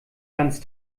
ganz